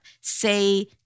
say